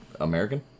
American